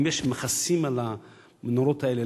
אם יש מכסים על המנורות האלה,